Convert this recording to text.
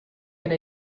can